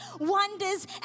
wonders